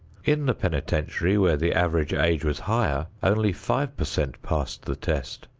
in the penitentiary, where the average age was higher, only five per cent passed the test.